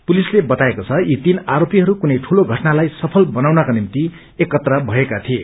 पुलिसले बताएको छ यी तीन आरोपीहरू कुनै दूलो षटनालाई सफल बनाउनका निम्ति एकत्र भएका थिए